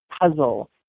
puzzle